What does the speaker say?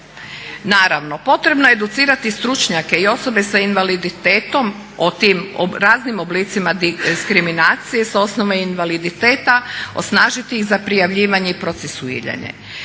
Naravno potrebno je educirati stručnjake i osobe sa invaliditetom o tim raznim oblicima diskriminacije s osnove invaliditeta, osnažiti ih za prijavljivanje i procesuiranje.